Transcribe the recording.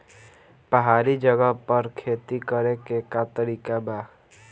पहाड़ी जगह पर खेती करे के का तरीका बा?